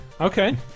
Okay